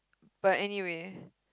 but anyway